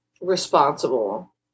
responsible